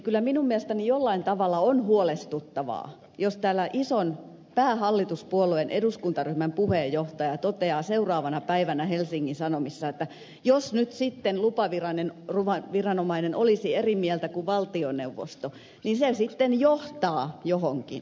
kyllä minun mielestäni jollain tavalla on huolestuttavaa jos täällä ison päähallituspuolueen eduskuntaryhmän puheenjohtaja toteaa seuraavana päivä helsingin sanomissa että jos nyt sitten lupaviranomainen olisi eri mieltä kuin valtioneuvosto niin se sitten johtaa johonkin